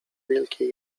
wielkie